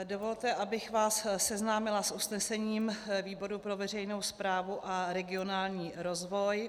Dovolte, abych vás seznámila s usnesením výboru pro veřejnou správu a regionální rozvoj.